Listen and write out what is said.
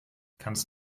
kannst